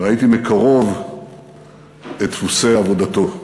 וראיתי מקרוב את דפוסי עבודתו.